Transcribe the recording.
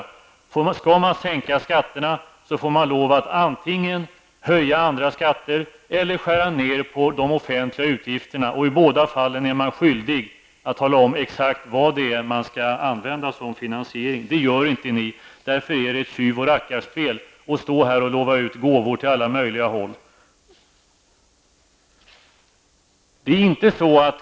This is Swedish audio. Om man skall sänka skatterna, får man lov att antingen höja andra skatter eller skära ner på de offentliga utgifterna. I båda fallen är man skyldig att tala om exakt vad man skall använda för finansiering, men det gör inte ni. Därför ägnar ni er åt tjyv och rackarspel, när ni står här och lovar ut gåvor åt alla möjliga håll.